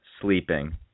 sleeping